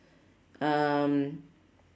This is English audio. um